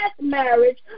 marriage